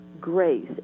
grace